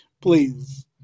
please